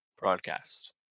broadcast